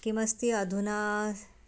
किमस्ति अधुना